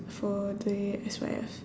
for the S_Y_F